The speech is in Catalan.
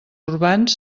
urbans